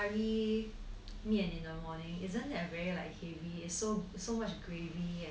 curry 面 in the morning isn't it that like very heavy so so much gravy and